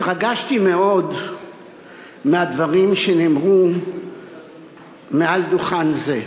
התרגשתי מאוד מהדברים שנאמרו מעל דוכן זה,